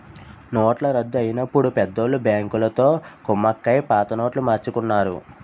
నోట్ల రద్దు అయినప్పుడు పెద్దోళ్ళు బ్యాంకులతో కుమ్మక్కై పాత నోట్లు మార్చుకున్నారు